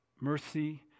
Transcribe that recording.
Mercy